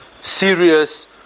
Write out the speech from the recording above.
serious